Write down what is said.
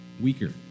weaker